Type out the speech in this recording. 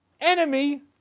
enemy